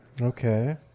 Okay